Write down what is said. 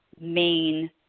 main